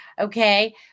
okay